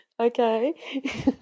Okay